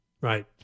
right